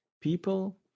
people